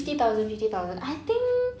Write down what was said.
fifty thousand fifty thousand I think